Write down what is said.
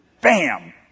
bam